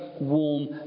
warm